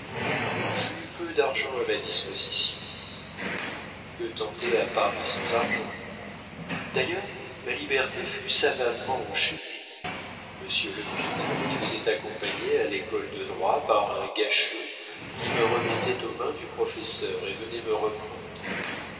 j'eus peu d'argent à ma disposition que tenter à paris sans argent d'ailleurs ma liberté fut savamment enchaînée monsieur lepître me faisait accompagner à l'école de droit par un gâcheux qui me remettait aux mains du professeur et venait me reprendre